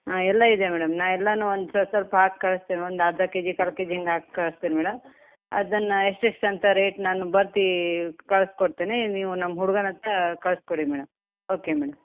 ಹಾಂ ಎಲ್ಲ ಇದೆ ಮೇಡಮ್ ನಾ ಎಲ್ಲನು ಒನ್ ಸಸ್ವಲ್ಪ ಹಾಕಿ ಕಳ್ಸ್ತೇನೆ ಒಂದು ಅರ್ಧ ಕೆಜಿ ಕಾಲು ಕೆಜಿ ಹಂಗ್ ಹಾಕ್ ಕಳ್ಸ್ತೇನೆ ಮೇಡಮ್ ಅದನ್ನು ಎಷ್ಟೆಷ್ಟು ಅಂತ ರೇಟ್ ನಾನು ಬರ್ದು ಕಳ್ಸಿಕೊಡ್ತೇನೆ ನೀವು ನಮ್ಮ ಹುಡ್ಗನ ಹತ್ರ ಕಳಿಸ್ಕೊಡಿ ಮೇಡಮ್ ಓಕೆ ಮೇಡಮ್